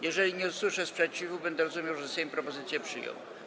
Jeżeli nie usłyszę sprzeciwu, będę rozumiał, że Sejm propozycję przyjął.